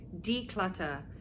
declutter